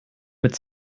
mit